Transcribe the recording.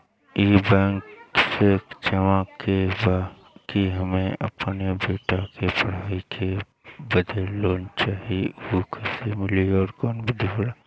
ई बैंक से जाने के बा की हमे अपने बेटा के पढ़ाई बदे लोन चाही ऊ कैसे मिलेला और का विधि होला?